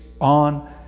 on